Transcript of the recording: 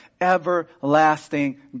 everlasting